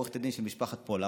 עורכת הדין של משפחת פולארד,